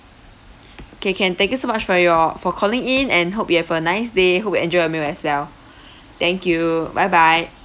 okay can thank you so much for your for calling in and hope you have a nice day hope you enjoy your meal as well thank you bye bye